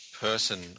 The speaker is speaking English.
person